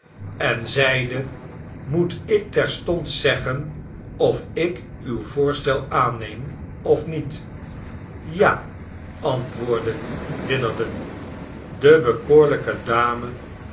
en zeide moet ik terstond zeggen of ik uw voorstel aanneem of niet jal antwoordde witherden de bekoorlijke dame